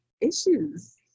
issues